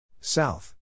South